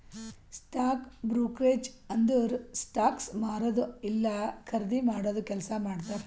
stock brokerage ಅಂದುರ್ stocks ಮಾರದು ಇಲ್ಲಾ ಖರ್ದಿ ಮಾಡಾದು ಕೆಲ್ಸಾ ಮಾಡ್ತಾರ್